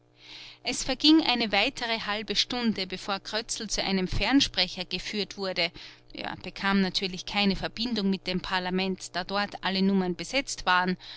es verging eine weitere halbe stunde bevor krötzl zu einem fernsprecher geführt wurde er bekam natürlich keine verbindung mit dem parlament da dort alle nummern besetzt waren